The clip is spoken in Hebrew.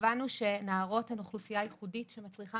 הבנו שנערות הן אוכלוסייה ייחודית שמצריכה